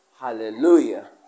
Hallelujah